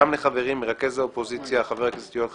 גם לחברי מרכז האופוזיציה, חבר הכנסת יואל חסון.